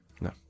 No